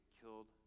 killed